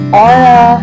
aura